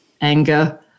anger